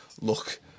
look